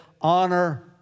honor